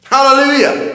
Hallelujah